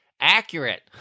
accurate